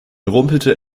rumpelte